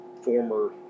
former